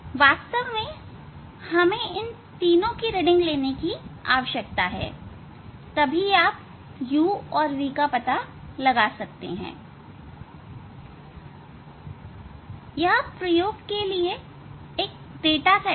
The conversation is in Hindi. वास्तव में हमें इन तीनो की रीडिंग लेने की आवश्यकता है तब आप u और v का पता लगा सकते हैं